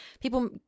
people